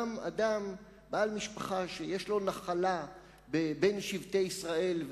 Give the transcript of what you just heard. גם אדם בעל משפחה שיש לו נחלה בין שבטי ישראל,